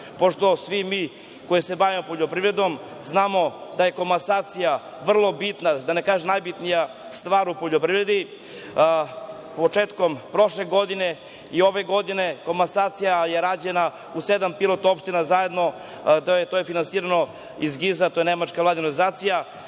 pošto svi mi koji se bavimo poljoprivredom znamo da je komasacija najbitnija stvar u poljoprivredi, početkom prošle godine i ove godine, komasacija je rađena u sedam opština zajedno. To je finansirano iz GIZ-a, nemačka organizacija,